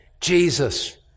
Jesus